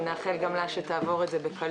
ונאחל גם לה שתעבור את זה בקלות.